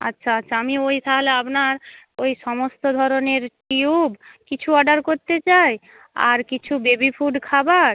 আচ্ছা আচ্ছা আমি ওই তাহলে আপনার ওই সমস্ত ধরনের টিউব কিছু অর্ডার করতে চাই আর কিছু বেবি ফুড খাবার